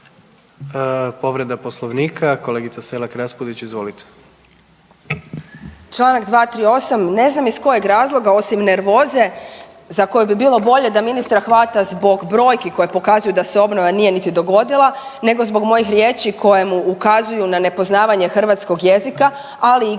**Selak Raspudić, Marija (Nezavisni)** Članak 238., ne znam iz kojeg razloga osim nervoze za koje bi bilo bolje da ministra hvata zbog brojki koje pokazuju da se obnova nije niti dogodila, nego zbog mojih riječi koje mu ukazuju na nepoznavanje hrvatskog jezika, ali i